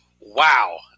Wow